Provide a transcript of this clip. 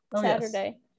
saturday